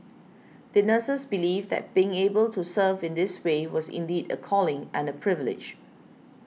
the nurses believed that being able to serve in this way was indeed a calling and a privilege